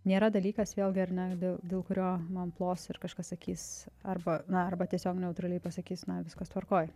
nėra dalykas vėlgi ar ne dėl dęl kurio man plos ir kažkas sakys arba na arba tiesiog neutraliai pasakys na viskas tvarkoj